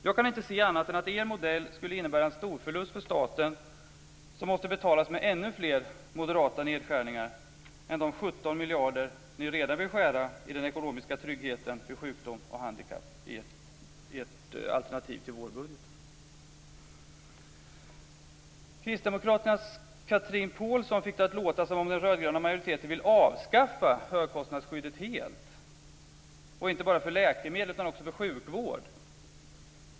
Jag kan inte se annat än att er modell skulle innebära en storförlust för staten som måste betalas med ännu fler moderata nedskärningar än de 17 miljarder som ni redan vill skära i den ekonomiska tryggheten vid sjukdom och handikapp i ert alternativ till vårbudgeten. Kristdemokraternas Chatrine Pålsson fick det att låta som att den röd-gröna majoriteten vill avskaffa högkostnadsskyddet helt, inte bara för läkemedel utan också för sjukvård.